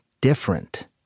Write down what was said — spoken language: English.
different